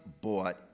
bought